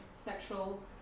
sexual